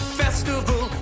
festival